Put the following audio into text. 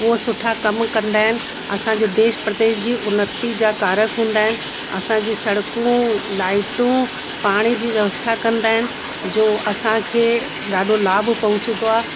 उहो सुठा कम कंदा आहिनि असांजे देश प्रदेश जी उनति जा कारक हूंदा आहिनि असांजी सड़कूं लाइटूं पाणी जी व्यवस्था कंदा आहिनि जो असांखे ॾाढो लाभ पहुचंदो आहे